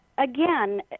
Again